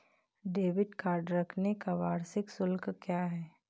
Debit card रखने का वार्षिक शुल्क क्या है?